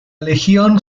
legión